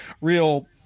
real